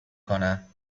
کنم